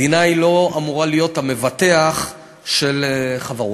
מדינה לא אמורה להיות המבטח של חברות.